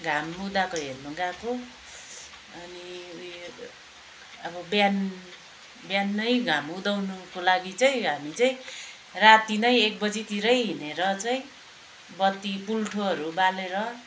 घाम उदाएको हेर्नु गएको अनि उयो अब बिहान बिहानै घाम उदाउनुको लागि चाहिँ हामी चाहिँ राती नै एक बजीतिरै हिँडेरै चाहिँ बत्ती पुल्ठोहरू बालेर